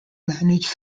managed